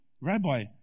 Rabbi